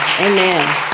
Amen